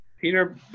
Peter